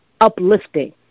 Uplifting